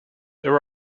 there